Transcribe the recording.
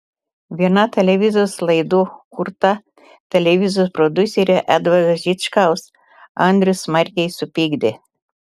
viena televizijos laidų kurta televizijos prodiuserio edvardo žičkaus andrių smarkiai supykdė